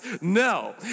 No